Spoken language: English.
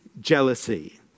jealousy